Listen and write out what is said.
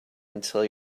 until